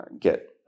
get